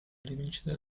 rivincita